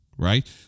Right